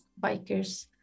bikers